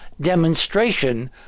demonstration